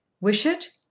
wish it?